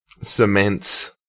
cements-